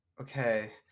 Okay